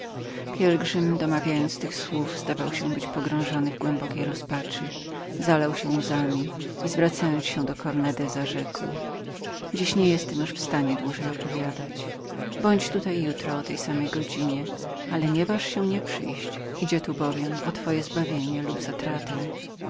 pielgrzym domawiając tych słów zdawał się być pogrążonym w głębokiej rozpaczy zalał się łzami i zwracając się do cornandeza rzekł nie mam dość siły do dalszego dzisiaj opowiadania przyjdź tu jutro o tej samej godzinie i nie waż się uchybić idzie tu o twoje zbawienie lub zatratę